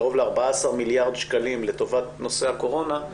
קרוב ל-14 מיליארד שקלים לטובת נושא הקורונה,